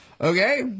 okay